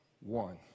one